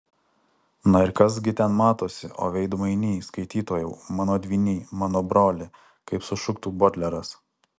na ir kas gi ten matosi o veidmainy skaitytojau mano dvyny mano broli kaip sušuktų bodleras